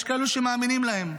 יש כאלו שמאמינים להם.